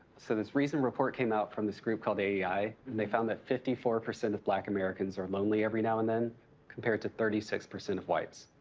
so this recent report came out from this group called aei. and i mean they found that fifty four percent of black americans are lonely every now and then compared to thirty six percent of whites.